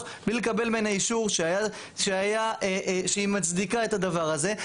בלי לקבל ממנה אישור שהיא מצדיקה את הדבר הזה.